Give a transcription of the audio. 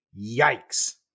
yikes